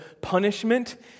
punishment